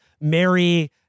Mary